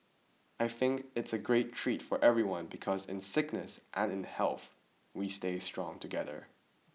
I think it's a great treat for everyone because in sickness and in health we stay strong together